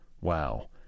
Wow